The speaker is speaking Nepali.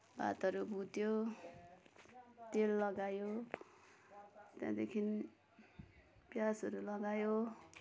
भातहरू भुट्यो तेल लगायो त्यहाँदेखि पियाजहरू लगायो